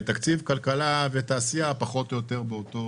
תקציב כלכלה ותעשייה הוא פחות או יותר באותו